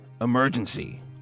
Emergency